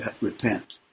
repent